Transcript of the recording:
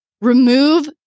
Remove